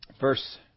verse